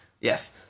Yes